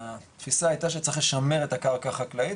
התפיסה היתה שצריך לשמר את הקרקע החקלאית